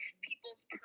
people's